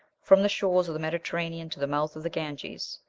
from the shores of the mediterranean to the mouth of the ganges,